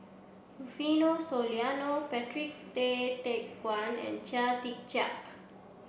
Rufino Soliano Patrick Tay Teck Guan and Chia Tee Chiak